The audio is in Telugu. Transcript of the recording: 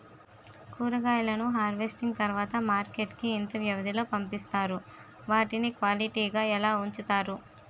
కూరగాయలను హార్వెస్టింగ్ తర్వాత మార్కెట్ కి ఇంత వ్యవది లొ పంపిస్తారు? వాటిని క్వాలిటీ గా ఎలా వుంచుతారు?